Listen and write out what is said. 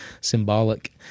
symbolic